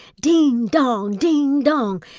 ding dong, ding dong.